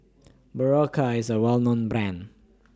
Berocca IS A Well known Brand